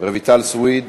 רויטל סויד,